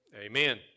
Amen